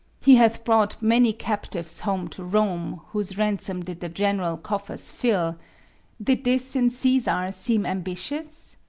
he hath brought many captives home to rome, whose ransoms did the general coffers fill did this in caesar seem ambitious?